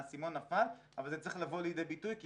האסימון נפל אבל זה צריך לבוא לידי ביטוי כי